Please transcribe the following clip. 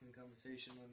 conversation